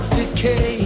decay